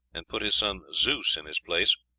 and put his son zeus in his place